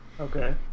Okay